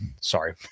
sorry